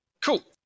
Cool